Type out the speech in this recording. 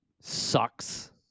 sucks